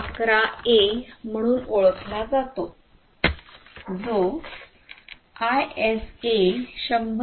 11 A म्हणून ओळखला जातो जो आयएसए 100